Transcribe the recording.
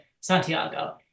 Santiago